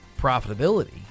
profitability